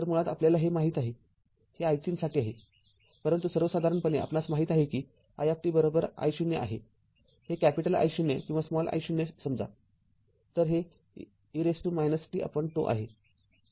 तर मुळात आपल्याला हे माहित आहे हे i३ साठी आहे परंतु सर्वसाधारणपणे आपणास माहित आहे कि i I0 आहे ते कॅपिटल I0 किंवा स्मॉल I0 समजा तर हे e tζ आहे